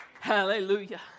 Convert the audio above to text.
hallelujah